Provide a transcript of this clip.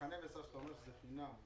בחנה וסע, שאתה אומר שזה בחינם,